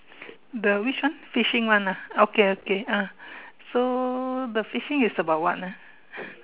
the which one fishing one ah okay okay ah so the fishing is about what ah